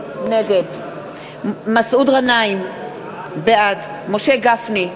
נגד מסעוד גנאים, בעד משה גפני,